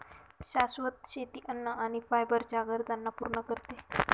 शाश्वत शेती अन्न आणि फायबर च्या गरजांना पूर्ण करते